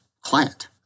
client